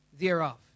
thereof